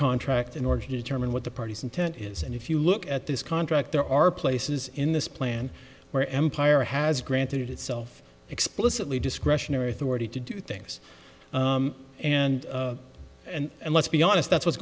contract in order to determine what the parties intent is and if you look at this contract there are places in this plan where empire has granted itself explicitly discretionary authority to do things and and and let's be honest that's what's